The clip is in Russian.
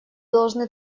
должны